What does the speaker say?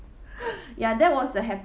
ya that was the